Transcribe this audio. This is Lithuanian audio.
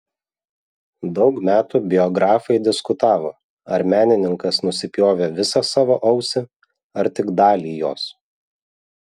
daug metų biografai diskutavo ar menininkas nusipjovė visą savo ausį ar tik dalį jos